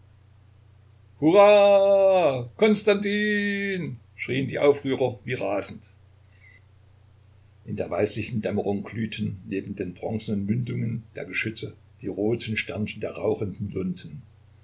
schrien die aufrührer wie rasend in der weißlichen dämmerung glühten neben den bronzenen mündungen der geschütze die roten sternchen der rauchenden lunten